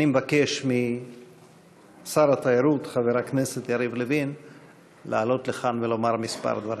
אני מבקש משר התיירות חבר הכנסת יריב לוין לעלות לכאן ולומר דברים.